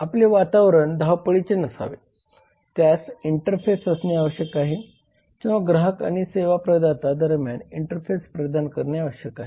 आपले वातावरण धावपळीचे नसावे त्यास इंटरफेस असणे आवश्यक आहे किंवा ग्राहक आणि सेवा प्रदाता दरम्यान इंटरफेस प्रदान करणे आवश्यक आहे